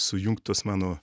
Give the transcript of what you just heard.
sujungt tuos mano